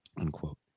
unquote